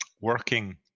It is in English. working